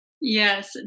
Yes